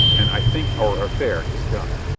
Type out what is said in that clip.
and i think our affair is done.